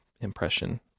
impression